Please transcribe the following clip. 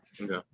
Okay